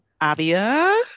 Avia